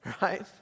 right